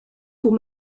pour